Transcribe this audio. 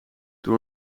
door